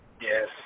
yes